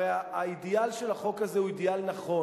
הרי האידיאל של החוק הזה הוא אידיאל נכון.